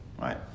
Right